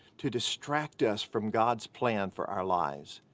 to distract us from god's plan for our lives.